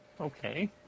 Okay